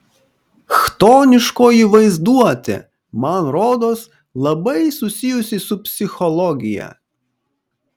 chtoniškoji vaizduotė man rodos labai susijusi su psichologija